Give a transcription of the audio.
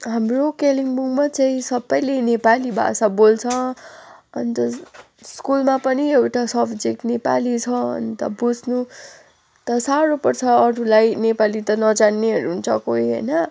हाम्रो कालिम्पोङमा चाहिँ सबैले नेपाली भाषा बोल्छ अन्त इस स्कुलमा पनि एउटा सब्जेक्ट नेपाली छ अन्त बुझ्नु त साह्रो पर्छ अरूलाई नेपाली त नजान्नेहरू हुन्छ कोही होइन